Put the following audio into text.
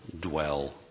dwell